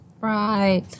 Right